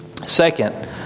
Second